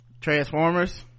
Transformers